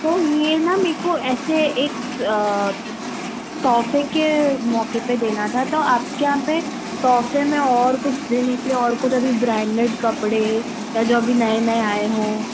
तो यह न मेरे को ऐसे एक तोहफ़े के मौके पर देना था तो आपके यहाँ पर तोहफ़े में और कुछ देने के लिए और कुछ अभी ब्रैन्डेड कपड़े या जो अभी नए नए आए हों